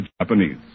Japanese